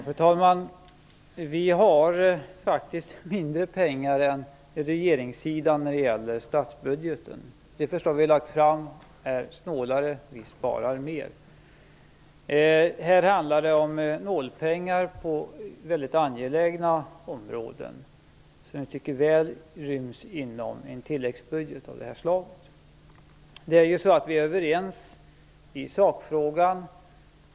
Fru talman! Vi har faktiskt mindre pengar än regeringssidan när det gäller statsbudgeten. Det förslag vi har lagt fram är snålare; vi sparar mer. Här handlar det om nålpengar på väldigt angelägna områden som jag tycker väl ryms inom en tilläggsbudget av det här slaget. Vi är överens i sakfrågan.